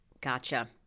Gotcha